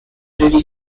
terre